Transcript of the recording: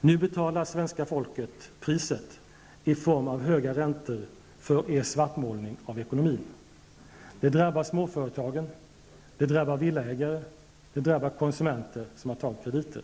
Nu betalar svenska folket priset i form av höga räntor för er svartmålning av ekonomin. Det drabbar småföretagen, villaägare och konsumenter som har tagit krediter.